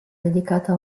dedicata